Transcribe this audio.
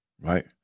right